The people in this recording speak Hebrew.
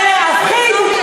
זה להפחיד,